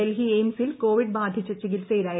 ഡൽഹി എയിംസിൽ കോവിഡ് കബാധിച്ചു ചികിത്സയിലായിരുന്നു